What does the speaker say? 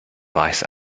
vice